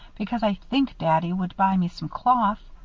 because i think daddy would buy me some cloth.